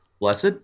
Blessed